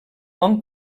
bon